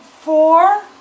four